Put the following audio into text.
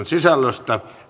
sisällöstä